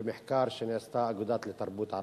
במחקר שעשתה האגודה לתרבות ערבית.